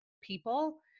people